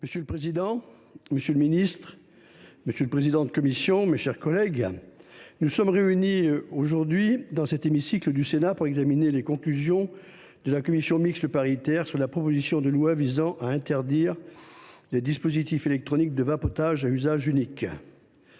Monsieur le président, monsieur le ministre, mes chers collègues, nous sommes aujourd’hui réunis dans l’hémicycle du Sénat pour examiner les conclusions de la commission mixte paritaire sur la proposition de loi visant à interdire les dispositifs électroniques de vapotage à usage unique.